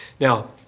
Now